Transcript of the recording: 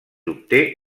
obté